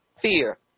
fear